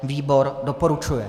Výbor Doporučuje.